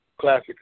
classic